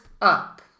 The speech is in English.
up